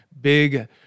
big